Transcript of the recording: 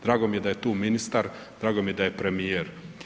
Drago mi je da je tu ministar, drago mi je da premijer.